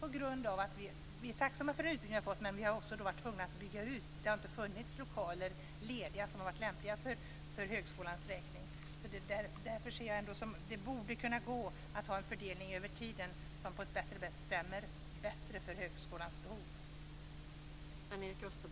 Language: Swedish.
I Skövde är vi tacksamma för den utbyggnad vi har fått, men vi har varit tvungna att bygga ut därför att det inte har funnits lokaler lediga som varit lämpliga för högskolans räkning. Det borde därför kunna gå att ha en fördelning av kostnader över tiden som stämmer bättre för högskolans krav.